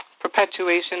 perpetuation